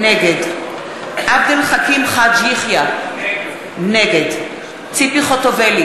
נגד עבד אל חכים חאג' יחיא, נגד ציפי חוטובלי,